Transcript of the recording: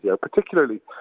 particularly